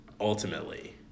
ultimately